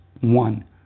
one